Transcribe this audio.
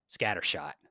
scattershot